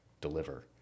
deliver